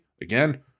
again